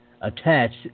attached